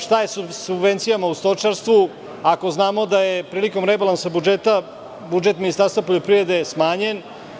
Šta je sa subvencijama u stočarstvu, ako znamo da je prilikom rebalansa budžeta, budžet Ministarstva poljoprivrede smanjen?